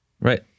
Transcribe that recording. right